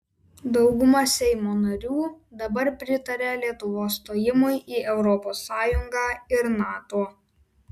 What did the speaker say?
dauguma seimo narių dabar pritaria lietuvos stojimui į europos sąjungą ir nato